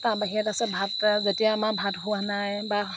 তাৰ বাহিৰে তাৰ পাছত ভাত যেতিয়া আমাৰ ভাত হোৱা নাই বা